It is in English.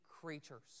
creatures